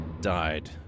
died